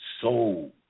soul